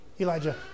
Elijah